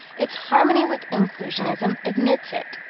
its harmony with inclusionism admits it.